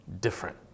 different